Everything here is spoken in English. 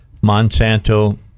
monsanto